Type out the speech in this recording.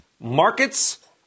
markets